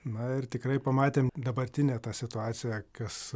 na ir tikrai pamatėm dabartinę situaciją kas